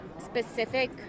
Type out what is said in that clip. specific